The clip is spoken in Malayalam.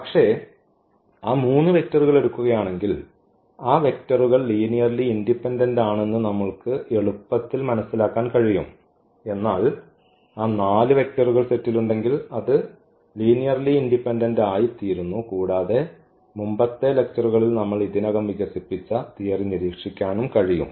പക്ഷേ ആ 3 വെക്റ്ററുകൾ എടുക്കുകയാണെങ്കിൽ ആ വെക്റ്ററുകൾ ലീനിയർലി ഇൻഡിപെൻഡന്റ് ആണെന്ന് നമുക്ക് എളുപ്പത്തിൽ മനസ്സിലാക്കാൻ കഴിയും എന്നാൽ ആ 4 വെക്റ്ററുകൾ സെറ്റിലുണ്ടെങ്കിൽ അത് ലീനിയർലി ഡിപെൻഡന്റ് ആയിത്തീരുന്നു കൂടാതെ മുമ്പത്തെ ലെക്ച്ചറുകളിൽ നമ്മൾ ഇതിനകം വികസിപ്പിച്ച തിയറി നിരീക്ഷിക്കാനും കഴിയും